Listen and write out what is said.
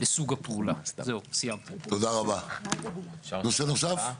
נקודה שנייה: אני חושבת שסעיף 57 שהוקרא לא מתנגש פה,